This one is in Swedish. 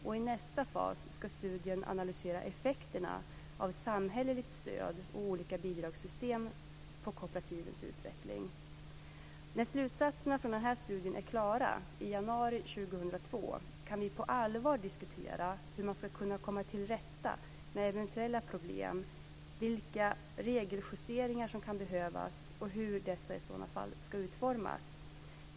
I nästa fas ska studien analysera effekterna av samhälleligt stöd och olika bidragssystem på kooperativens utveckling. När slutsatserna från den här studien är klara i januari 2002 kan vi på allvar diskutera hur man ska kunna komma till rätta med eventuella problem, vilka regeljusteringar som kan behövas och hur dessa i så fall ska utformas osv.